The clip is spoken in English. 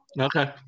Okay